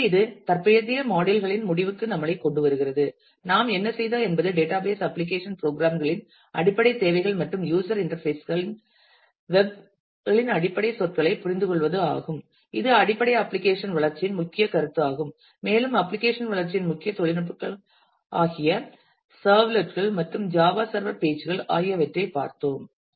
எனவே இது தற்போதைய மாடியுல் களின் முடிவுக்கு நம்மைக் கொண்டுவருகிறது எனவே நாம் என்ன செய்தோம் என்பது டேட்டாபேஸ் அப்ளிகேஷன் ப்ரோக்ராம் களின் அடிப்படைத் தேவைகள் மற்றும் யூஸர் இன்டர்பேஸ் கள் வெப் ன் அடிப்படை சொற்களைப் புரிந்து கொள்வது ஆகும் இது அடிப்படையில் அப்ளிகேஷன் வளர்ச்சியின் முக்கிய கருத்து ஆகும் மேலும் அப்ளிகேஷன் வளர்ச்சியின் முக்கிய தொழில்நுட்பங்கள் ஆகிய சர்வ்லெட் கள் மற்றும் ஜாவா சர்வர் பேஜ் கள் ஆகியவற்றைப் பார்த்தோம்